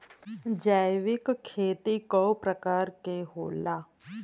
जैविक खेती कव प्रकार के होला?